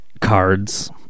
cards